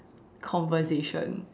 conversation